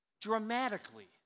dramatically